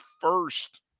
first